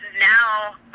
now